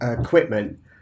equipment